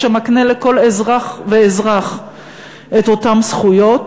שמקנה לכל אזרח ואזרח את אותן זכויות,